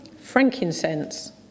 frankincense